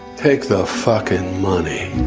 take the fucking money